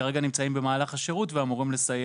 כרגע נמצאים במהלך השירות ואמורים לסיים